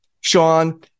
Sean